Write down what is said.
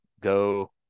go